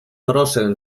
proszę